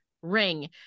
Ring